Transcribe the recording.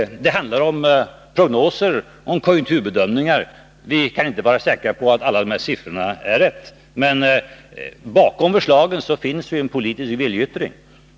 Det handlar om prognoser, om konjunkturbedömningar. Och vi kan inte vara säkra på att alla dessa siffror är riktiga. Men bakom förslagen finns en politisk viljeyttring.